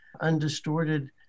undistorted